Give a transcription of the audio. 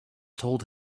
told